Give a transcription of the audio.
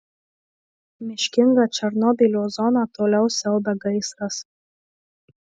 miškingą černobylio zoną toliau siaubia gaisras